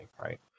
right